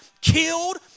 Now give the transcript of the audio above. killed